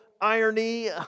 irony